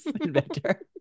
inventor